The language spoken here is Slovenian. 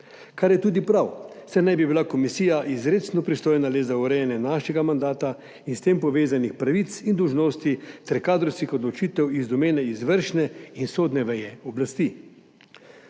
Kar je tudi prav, saj naj bi bila komisija izrecno pristojna le za urejanje našega mandata in s tem povezanih pravic in dolžnosti ter kadrovskih odločitev iz domene izvršne in sodne veje oblasti.